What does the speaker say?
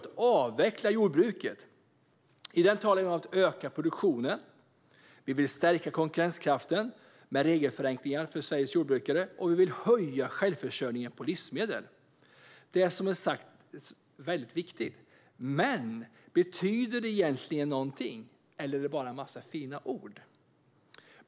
I livsmedelsstrategin talar vi om att vi vill öka produktionen, stärka konkurrenskraften genom regelförenklingar för Sveriges jordbrukare och höja självförsörjningen av livsmedel. Det är viktigt. Men betyder det någonting egentligen, eller är det bara en massa fina ord?